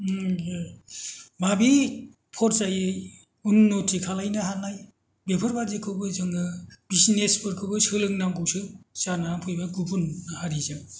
माबे फर्जायै उन्न'ति खालायनो हानाय बेफोरबादिखौबो जोङो बिजनेस फोरखौबो सोलोंनांगौसो जानानै फैबाय गुबुन हारिजों